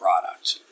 product